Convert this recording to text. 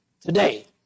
today